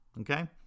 okay